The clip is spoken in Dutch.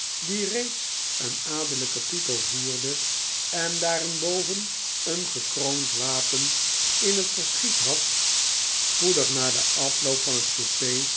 die reeds een adellijken titel voerde en daarenboven een gekroond wapen in het verschiet had spoedig na den afloop van het